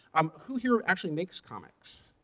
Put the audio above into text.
um who here actually makes comics?